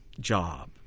job